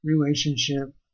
relationship